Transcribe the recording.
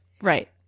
right